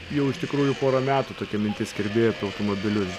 jau iš tikrųjų porą metų tokia mintis kirbėjo apie automobilius